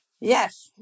Yes